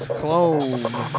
clone